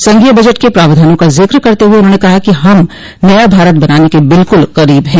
संघीय बजट के प्रावधानों का जिक्र करते हुए उन्होंने कहा कि हम नया भारत बनाने के बिल्कुल करीब हैं